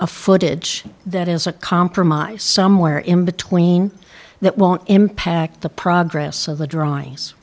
a footage that is a compromise somewhere in between that won't impact the progress of the drawings